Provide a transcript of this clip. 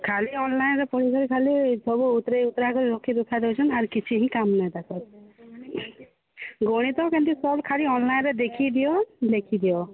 ଖାଲି ଅନଲାଇନ୍ରେ ପଢ଼ିଦେଲେ ଖାଲି ସବୁଥିରେ ଉତ୍ତରା କରି ରଖିରୁଖା ଦେଉଛନ୍ ଆର୍ କିଛି ହିଁ କାମ୍ ନାଇଁ ତାଙ୍କର୍ ଗଣିତ ସେମତି ସବ୍ ଖାଲି ଅନଲାଇନ୍ରେ ଦେଖିଦିଅ ଲେଖିଦିଅ